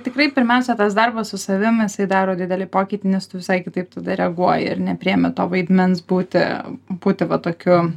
tikrai pirmiausia tas darbas su savim jisai daro didelį pokytį nes tu visai kitaip tada reaguoji ir nepriimi to vaidmens būti būti va tokiu